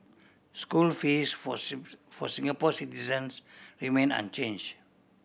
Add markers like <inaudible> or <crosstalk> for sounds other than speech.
school fees for <unintelligible> for Singapore citizens remain unchange